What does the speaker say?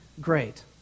great